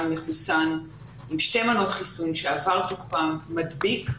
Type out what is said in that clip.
מחוסן עם שתי מנות חיסון שעבר תוקפן מדביק.